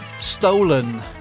stolen